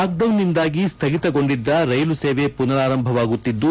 ಲಾಕ್ಡೌನ್ನಿಂದಾಗಿ ಸ್ಥಗಿತಗೊಂಡಿದ್ದ ರೈಲು ಸೇವೆ ಮನರಾರಂಭವಾಗುತ್ತಿದ್ದು